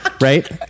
Right